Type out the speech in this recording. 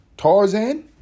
Tarzan